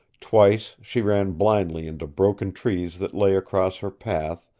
twice she ran blindly into broken trees that lay across her path,